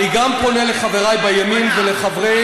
אני פונה גם לחברי בימין ולחברי